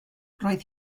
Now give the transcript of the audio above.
roedd